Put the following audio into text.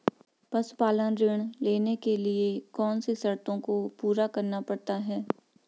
पशुपालन ऋण लेने के लिए कौन सी शर्तों को पूरा करना पड़ता है?